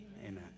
Amen